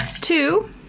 Two